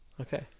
Okay